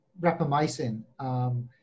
rapamycin